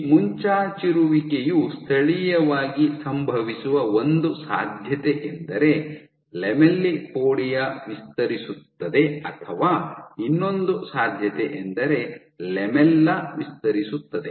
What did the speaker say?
ಈ ಮುಂಚಾಚಿರುವಿಕೆಯು ಸ್ಥಳೀಯವಾಗಿ ಸಂಭವಿಸುವ ಒಂದು ಸಾಧ್ಯತೆಯೆಂದರೆ ಲ್ಯಾಮೆಲ್ಲಿಪೋಡಿಯಾ ವಿಸ್ತರಿಸುತ್ತದೆ ಅಥವಾ ಇನ್ನೊಂದು ಸಾಧ್ಯತೆಯೆಂದರೆ ಲ್ಯಾಮೆಲ್ಲಾ ವಿಸ್ತರಿಸುತ್ತದೆ